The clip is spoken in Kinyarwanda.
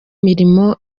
mirimo